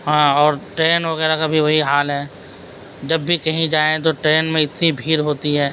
ہاں اور ٹرین وغیرہ کا وہی حال ہے جب بھی کہیں جائیں تو ٹرین میں اتنی بھیڑ ہوتی ہے